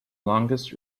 longest